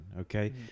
okay